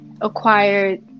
acquired